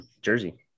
Jersey